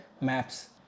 maps